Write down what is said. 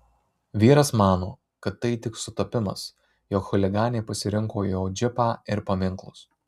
vyras mano kad tai tik sutapimas jog chuliganai pasirinko jo džipą ir paminklus